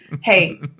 Hey